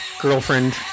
girlfriend